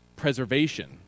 preservation